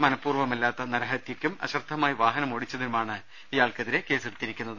മനപൂർവ്വമല്ലാത്ത നരഹത്യക്കും അശ്രദ്ധമായി വാഹനമോടിച്ചതിനുമാണ് ഇയാൾക്കെതിരെ കേസെടുത്തിരിക്കുന്നത്